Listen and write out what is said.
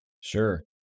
Sure